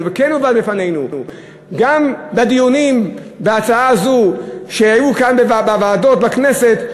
וכן הובא בפנינו גם בדיונים בהצעה הזו שהיו כאן בוועדות הכנסת,